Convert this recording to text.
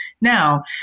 now